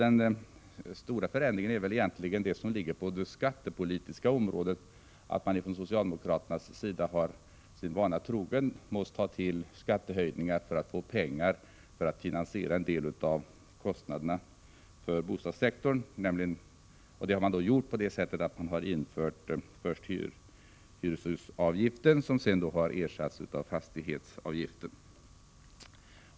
Den stora förändring som skett ligger väl egentligen på det skattepolitiska området, nämligen att man från socialdemokraternas sida har, sin vana trogen, måst ta till skattehöjningar för att finansiera en del av kostnaderna för bostadssektorn. Detta har skett genom införandet av hyreshusavgiften, som senare har ersatts av fastighetsskatten.